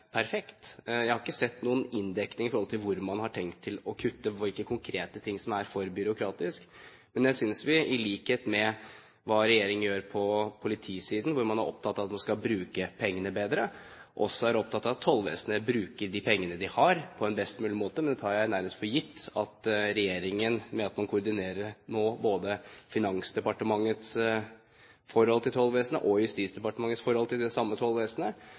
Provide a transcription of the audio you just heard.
Jeg har ikke sett noen inndekning i forhold til hvor man har tenkt å kutte, hvilke konkrete ting som er for byråkratisk. Men jeg synes at vi, i likhet med hva regjeringen gjør på politisiden, hvor man er opptatt av at man skal bruke pengene bedre, også skal være opptatt av at tollvesenet bruker de pengene de har, på en best mulig måte. Jeg tar nærmest for gitt at regjeringen, ved at de koordinerer både Finansdepartementets forhold til tollvesenet og Justisdepartementets forhold til det samme tollvesenet,